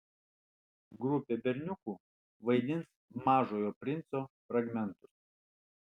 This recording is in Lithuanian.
grupė berniukų vaidins mažojo princo fragmentus